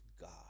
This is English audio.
god